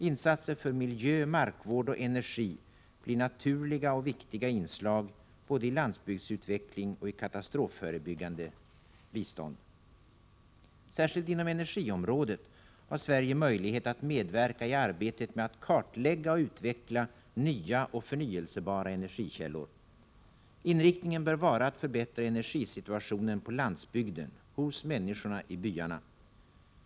Insatser för miljö, markvård och energi blir naturliga och viktiga inslag både i landsbygdsutveckling och i katastrofförebyggande bistånd. Särskilt inom energiområdet har Sverige möjlighet att medverka i arbetet på att kartlägga och utveckla nya och förnyelsebara energikällor. Inriktningen bör vara att förbättra energisituationen på landsbygden — hos människorna i byarna.